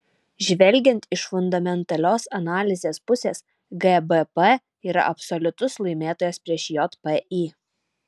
žvelgiant iš fundamentalios analizės pusės gbp yra absoliutus laimėtojas prieš jpy